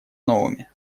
новыми